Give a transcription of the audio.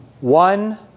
one